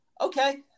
Okay